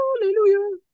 Hallelujah